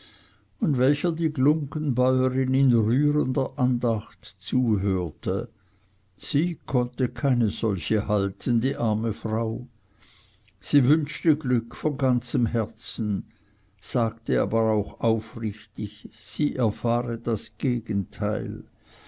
und welcher die glunggenbäurin in rührender andacht zuhörte sie konnte keine solche halten die arme frau sie wünschte glück von ganzem herzen sagte aber auch aufrichtig sie erfahre das gegenteil